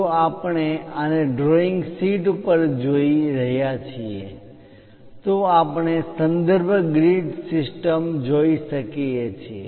જો આપણે આને ડ્રોઈંગ શીટ પર જોઈ રહ્યા છીએ તો આપણે સંદર્ભ ગ્રીડ સિસ્ટમ જોઈ શકીએ છીએ